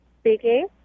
Speaking